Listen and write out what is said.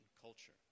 culture